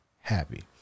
happy